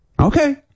Okay